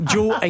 Joe